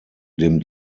dem